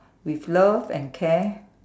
with love and care